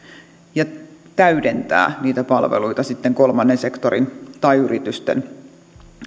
ja täydentää niitä palveluita sitten kolmannen sektorin tai yritysten